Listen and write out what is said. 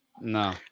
No